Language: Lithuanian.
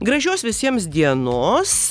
gražios visiems dienos